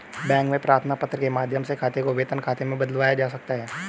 bank में प्रार्थना पत्र के माध्यम से खाते को वेतन खाते में बदलवाया जा सकता है